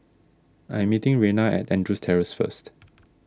I am meeting Reyna at Andrews Terrace first